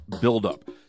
buildup